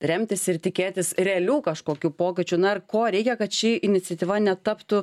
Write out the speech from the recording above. remtis ir tikėtis realių kažkokių pokyčių na ir ko reikia kad ši iniciatyva netaptų